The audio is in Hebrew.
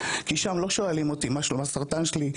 כי שם לא שואלים אותי מה שלום הסרטן שלי,